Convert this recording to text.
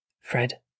Fred